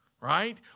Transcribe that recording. right